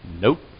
Nope